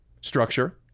Structure